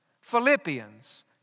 Philippians